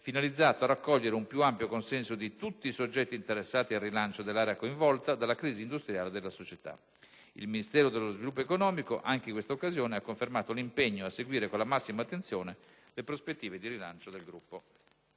finalizzato a raccogliere un più ampio consenso di tutti soggetti interessati al rilancio dell'area coinvolta dalla crisi industriale della società. Il Ministero dello sviluppo economico, anche in questa occasione, ha confermato l'impegno a seguire con la massima attenzione le prospettive di rilancio del gruppo.